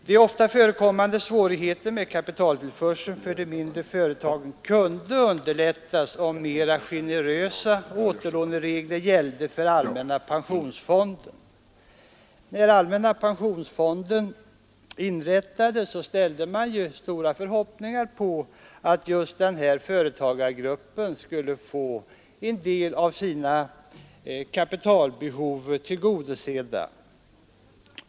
De ofta förekommande svårigheterna med kapitaltillförseln för de mindre företagen kunde underlättas om mera generösa återlåneregler gällde för allmänna pensionsfonden. När allmänna pensionsfonden inrättades ställde man ju stora förhoppningar på att just den här företagargruppen skulle få en del av sina kapitalbehov tillgodosedda.